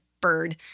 bird